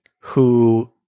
who-